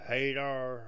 Hadar